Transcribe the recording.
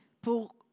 pour